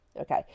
okay